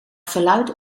verluidt